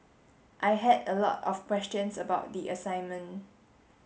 I had a lot of questions about the assignment